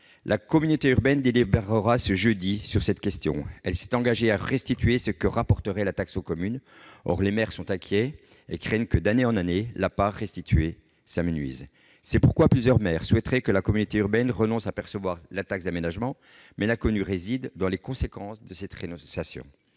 La communauté urbaine délibérera ce jeudi sur cette question. Elle s'est engagée à restituer ce que rapporterait la taxe aux communes. Or les maires sont inquiets et craignent que la part restituée ne s'amenuise d'année en année. C'est pourquoi plusieurs maires souhaiteraient que la communauté urbaine renonce à percevoir la taxe d'aménagement. Mais l'inconnue réside dans les conséquences de cette renonciation.